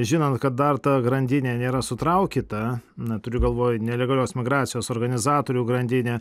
žinant kad dar ta grandinė nėra sutraukyta na turiu galvoj nelegalios migracijos organizatorių grandinę